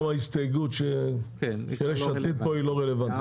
גם ההסתייגות של יש עתיד פה היא לא רלוונטית.